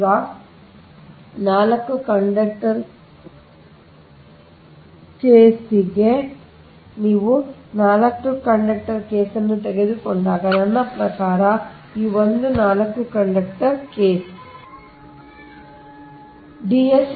ಈಗ 4 ಕಂಡಕ್ಟರ್ ಕೇಸ್ಗೆ ನೀವು 4 ಕಂಡಕ್ಟರ್ ಕೇಸ್ ಅನ್ನು ತೆಗೆದುಕೊಂಡಾಗ ನನ್ನ ಪ್ರಕಾರ ಈ ಒಂದು 4 ಕಂಡಕ್ಟರ್conductor ಕೇಸ್